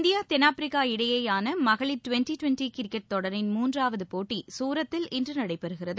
India தென்னாப்பிரிக்கா இடையேயான மகளிர் ட்வெண்ட்டி ட்வெண்ட்டிகிரிக்கெட் தொடரின் மூன்றாவது போட்டி சூரத்தில் இன்று நடைபெறுகிறது